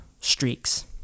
streaks